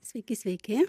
sveiki sveiki